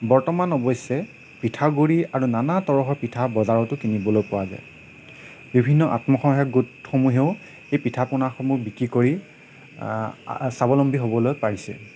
বৰ্তমান অৱশ্যে পিঠাগুৰি আৰু নানা তৰহৰ পিঠা বজাৰতো কিনিবলৈ পোৱা যায় বিভিন্ন আত্মসহায়ক গোটসমূহেও এই পিঠা পনাসমূহ বিক্ৰী কৰি স্বাৱলম্বী হ'বলৈ পাৰিছে